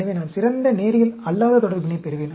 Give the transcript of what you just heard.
எனவே நான் சிறந்த நேரியல் அல்லாத தொடர்பினைப் பெறுவேன்